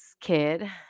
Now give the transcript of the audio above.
kid